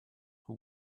who